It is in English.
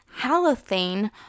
halothane